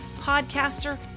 podcaster